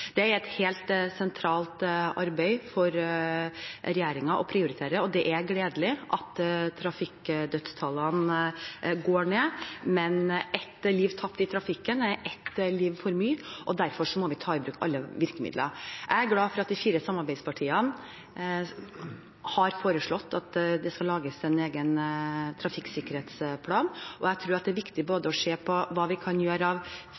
Det er et helt sentralt arbeid for regjeringen å prioritere. Det er gledelig at trafikkdødstallene går ned, men et liv tapt i trafikken er et liv for mye, og derfor må vi ta i bruk alle virkemidler. Jeg er glad for at de fire samarbeidspartiene har foreslått at det skal lages en egen trafikksikkerhetsplan. Jeg tror at det er viktig å se på hva vi kan gjøre